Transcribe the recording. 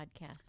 podcast